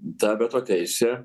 ta veto teisė